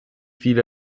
viele